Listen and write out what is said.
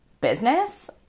business